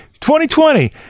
2020